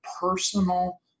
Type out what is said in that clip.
personal